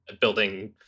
building